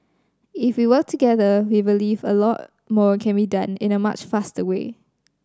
if we work together we believe a lot more can be done in a much faster way